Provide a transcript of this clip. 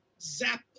zap